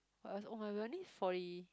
what else oh-my-god we're only forty